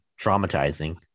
traumatizing